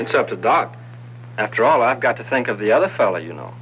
that's up to doc after all i've got to think of the other fellow you know